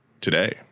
today